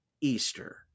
Easter